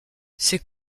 c’est